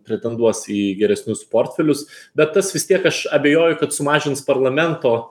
pretenduos į geresnius portfelius bet tas vis tiek aš abejoju kad sumažins parlamento